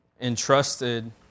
entrusted